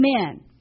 Amen